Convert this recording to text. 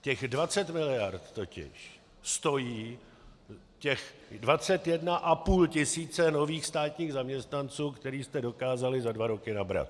Těch 20 mld. totiž stojí těch 21,5 tis. nových státních zaměstnanců, které jste dokázali za dva roky nabrat.